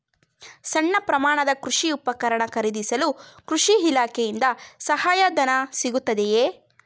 ಸಣ್ಣ ಪ್ರಮಾಣದ ಕೃಷಿ ಉಪಕರಣ ಖರೀದಿಸಲು ಕೃಷಿ ಇಲಾಖೆಯಿಂದ ಸಹಾಯಧನ ಸಿಗುತ್ತದೆಯೇ?